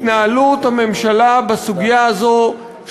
התנהלות הממשלה בסוגיה הזאת,